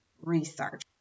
research